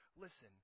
Listen